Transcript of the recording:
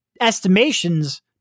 estimations